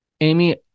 Amy